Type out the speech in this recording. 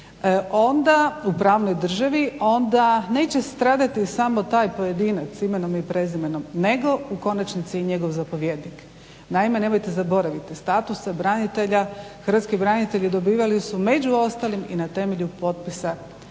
onda u pravnoj državi onda neće stradati samo taj pojedinac imenom i prezimenom, nego u konačnici i njegov zapovjednik. Naime, nemojte zaboraviti statuse hrvatski branitelji dobivali su među ostalim i na temelju potpisa